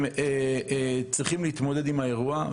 הם צריכים להתמודד עם האירוע.